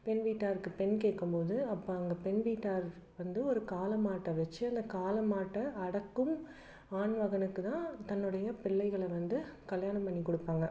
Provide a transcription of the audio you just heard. பெண் வீட்டாருக்கு பெண் கேட்கும் போது அப்போ அவங்க பெண் வீட்டார் வந்து ஒரு காளை மாட்டை வைச்சி அந்த காளை மாட்டை அடக்கும் ஆண் மகனுக்குதான் தன்னுடைய பிள்ளைகளை வந்து கல்யாணம் பண்ணி கொடுப்பாங்க